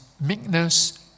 meekness